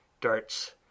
darts